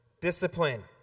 discipline